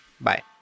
Bye